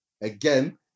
Again